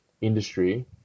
industry